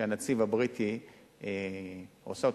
שהנציב הבריטי עשה אותו,